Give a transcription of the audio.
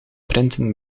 printen